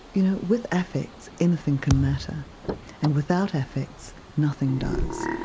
you know, with affects anything can matter and without affects nothing does'.